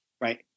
right